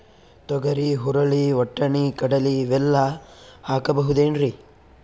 ತೊಗರಿ, ಹುರಳಿ, ವಟ್ಟಣಿ, ಕಡಲಿ ಇವೆಲ್ಲಾ ಹಾಕಬಹುದೇನ್ರಿ?